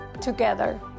Together